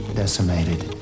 decimated